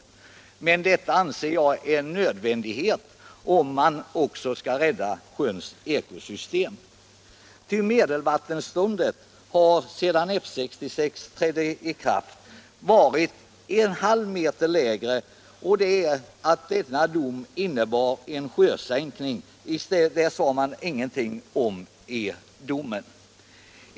Det är nödvändigt om ekosystemet skall kunna räddas. Medelvattenståndet har sedan tappningsplanen, F 66, trädde i kraft varit en halv meter lägre. Domen innebar därför en sjösänkning, men det sades det ingenting om i domen.